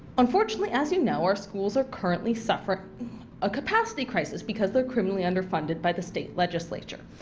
unfortunately as you know our schools are currently suffering a capacity crisis because they are criminally underfunded by the state legislature.